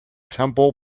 temple